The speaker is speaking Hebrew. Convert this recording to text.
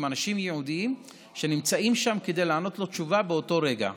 עם אנשים ייעודיים שנמצאים שם כדי לתת לו תשובה באותו רגע.